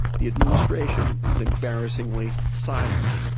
the administration is embarrassingly silent.